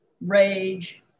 rage